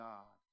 God